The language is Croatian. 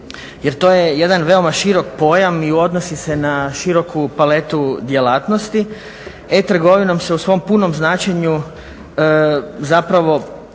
jer to je jedan veoma širok pojam i odnosi se na široku paletu djelatnosti. E-trgovinom se u svom punom značenju zapravo